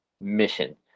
mission